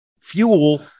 fuel